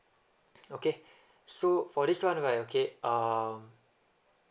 okay so for this one right okay uh